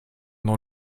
dans